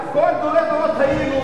דורי דורות היינו,